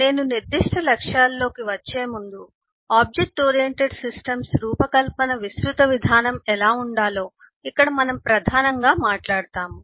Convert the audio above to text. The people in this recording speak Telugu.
నేను నిర్దిష్ట లక్ష్యాలలోకి వచ్చేముందు ఆబ్జెక్ట్ ఓరియెంటెడ్ సిస్టమ్స్ రూపకల్పన విస్తృత విధానం ఎలా ఉండాలో ఇక్కడ మనం ప్రధానంగా మాట్లాడుతాము